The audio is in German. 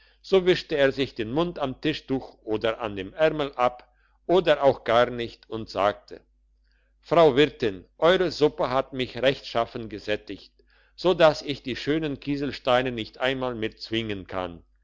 so wischte er den mund am tischtuch oder an dem ärmel ab oder auch gar nicht und sagte frau wirtin eure suppe hat mich rechtschaffen gesättigt so dass ich die schönen kieselsteine nicht einmal mehr zwingen kann